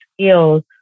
skills